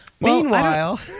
Meanwhile